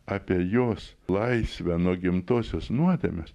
apie jos laisvę nuo gimtosios nuodėmės